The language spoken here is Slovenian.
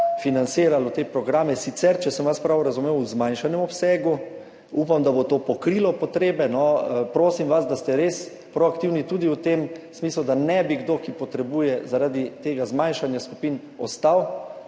financiralo te programe, sicer, če sem vas prav razumel, v zmanjšanem obsegu. Upam, da bo to pokrilo potrebe. Prosim vas, da ste res proaktivni tudi v tem smislu, da ne bi kdo, ki [jo] potrebuje, zaradi tega zmanjšanja skupin ostal